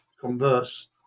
converse